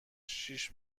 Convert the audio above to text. شیش